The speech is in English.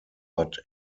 but